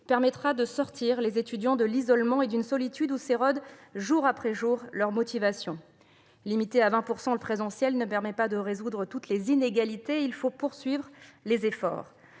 permettra de sortir les étudiants de l'isolement et d'une solitude où s'érode jour après jour leur motivation. Limiter à 20 % le présentiel ne permet pas de résoudre toutes les inégalités. Il faut poursuivre les efforts.